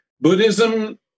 Buddhism